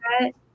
Right